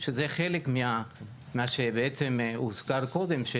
שזה חלק ממה שהוזכר קודם לכן,